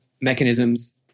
mechanisms